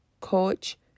coach